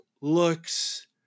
looks